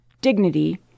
dignity